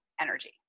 energy